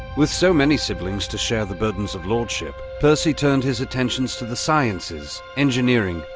with so many siblings to share the burdens of lordship, percy turned his attentions to the sciences, engineering,